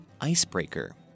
icebreaker